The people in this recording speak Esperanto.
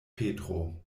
petro